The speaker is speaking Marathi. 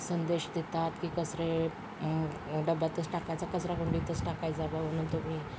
संदेश देतात की कचरे डब्यातच टाकायचा कचराकुंडीतच टाकायचा बा म्हणून तुम्ही